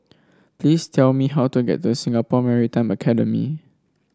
please tell me how to get to Singapore Maritime Academy